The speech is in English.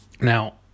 Now